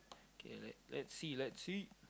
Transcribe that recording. k let~ let's see let's see